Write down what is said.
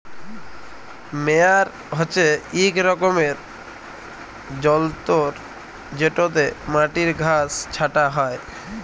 মেয়ার হছে ইক রকমের যল্তর যেটতে মাটির ঘাঁস ছাঁটা হ্যয়